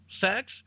sex